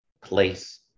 place